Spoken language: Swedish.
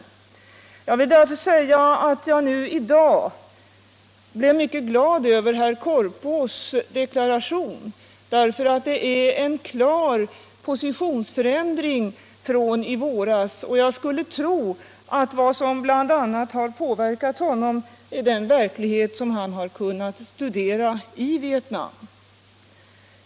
Jag vill därför säga att jag i dag blev mycket glad över herr Korpås deklaration, eftersom den innebar en klar positionsförändring från i våras. Och jag skulle tro att vad som bl.a. har påverkat honom är den verklighet som han har kunnat studera i Vietnam.